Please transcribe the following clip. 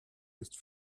ist